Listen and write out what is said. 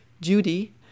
Judy